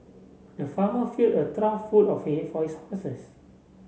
the farmer filled a trough full of hay for his horses